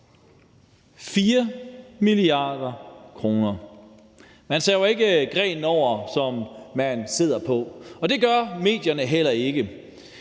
4 mia. kr.! Man saver ikke grenen over, som man sidder på, og det gør medierne heller ikke.